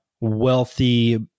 wealthy